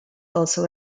also